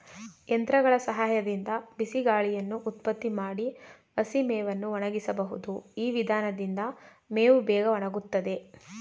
ಯಂತ್ರಗಳ ಸಹಾಯದಿಂದ ಬಿಸಿಗಾಳಿಯನ್ನು ಉತ್ಪತ್ತಿ ಮಾಡಿ ಹಸಿಮೇವನ್ನು ಒಣಗಿಸಬಹುದು ಈ ವಿಧಾನದಿಂದ ಮೇವು ಬೇಗ ಒಣಗುತ್ತದೆ